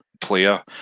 player